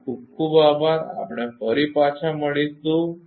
આપનો ખૂબ ખૂબ આભાર આપણે ફરી પાછા મળીશું